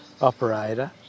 operator